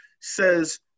says